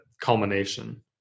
culmination